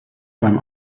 beim